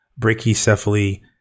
brachycephaly